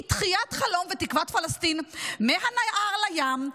"היא דחיית חלום ותקוות פלסטין מהנהר לים,